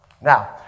Now